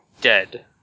Dead